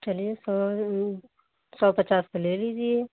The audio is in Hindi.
चलिए सौ सौ पचास पर ले लीजिए